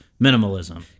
minimalism